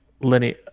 Lenny